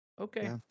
Okay